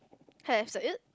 hair is that it